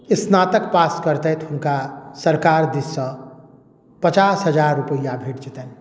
स्नातक पास करतथि हुनका सरकार दिशसँ पचास हजार रूपैआ भेट जेतनि